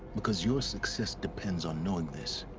because your success depends on knowing this